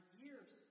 years